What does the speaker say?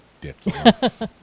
Ridiculous